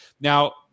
Now